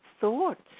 thoughts